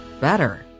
better